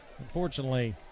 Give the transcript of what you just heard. Unfortunately